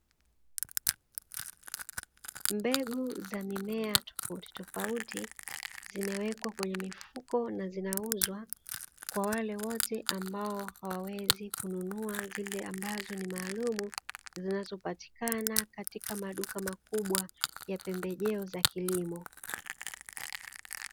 Mbegu za mimea tofauti tofauti zimewekwa kwenye mifuko na zinauzwa, kwa wale wote ambao hawawezi kununua zile ambazo ni maalumu, zinazopatikana katika maduka makubwa ya pembejeo za kilimo.